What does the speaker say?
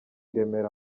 remera